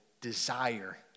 desire